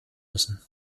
müssen